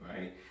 right